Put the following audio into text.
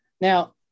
Now